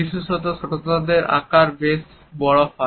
বিশেষত যদি শ্রোতাদের আকার বেশ বড় হয়